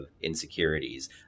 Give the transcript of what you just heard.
insecurities